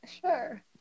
Sure